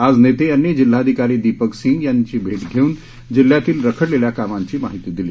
आज नेते यांनी जिल्हाधिकारी दीपक सिंगला यांची भेट घेऊन जिल्हयातील रखडलेल्या कामांची माहिती दिली